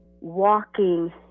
walking